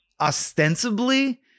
ostensibly